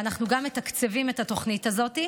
ואנחנו גם מתקצבים את התוכנית הזאת,